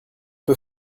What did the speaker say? peu